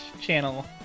channel